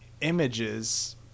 images